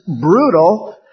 brutal